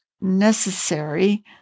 necessary